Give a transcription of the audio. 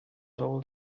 old